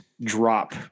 drop